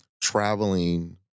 traveling